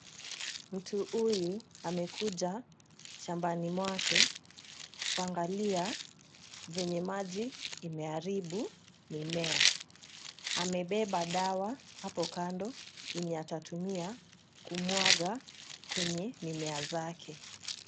Mtu huyu amekuja shambani mwake kuangalia vile maji imeharibu mimea. Amebeba dawa hapo kando yenye atatumia kumwaga kwenye mimea zake.